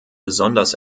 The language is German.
besonders